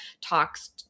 talks